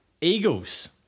Eagles